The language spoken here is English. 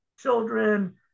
children